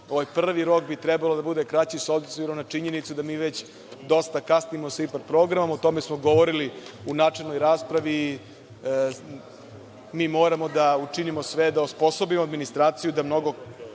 prvi rok bi trebao da bude kraći s obzirom na činjenicu da mi već dosta kasnimo sa IPARD programom. O tome smo govorili u načelnoj raspravi, mi moramo da učinimo sve da osposobimo administraciju da u mnogo